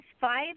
five